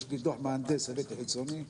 יש לי דוח מהנדס חיצוני שהבאתי.